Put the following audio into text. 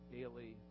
daily